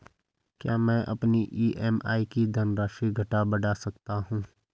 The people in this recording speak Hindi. क्या मैं अपनी ई.एम.आई की धनराशि घटा बढ़ा सकता हूँ?